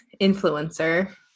influencer